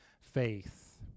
faith